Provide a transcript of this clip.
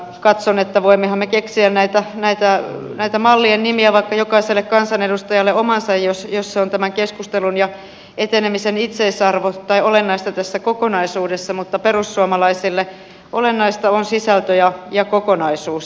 katson että voimmehan me keksiä näitä mallien nimiä vaikka jokaiselle kansanedustajalle omansa jos se on tämän keskustelun ja etenemisen itseisarvo tai olennaista tässä koko naisuudessa mutta perussuomalaisille olennaista on sisältö ja kokonaisuus